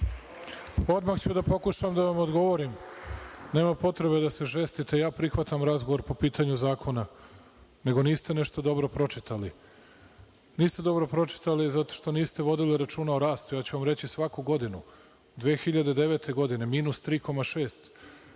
Odmah ću da pokušam da vam odgovorim. Nema potrebe da se žestite, ja prihvatam razgovor po pitanju zakona. Nego, niste nešto dobro pročitali. Niste dobro pročitali zato što niste vodili računa o rastu, ja ću vam reći svaku godinu – 2009. godine minus 3,6,